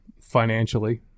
financially